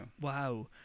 Wow